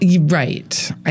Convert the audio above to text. Right